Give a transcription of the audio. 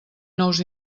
nous